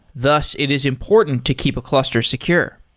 thus it is important to keep a cluster secure.